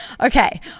Okay